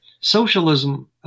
socialism